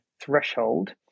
threshold